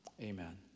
Amen